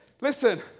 listen